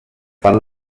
fan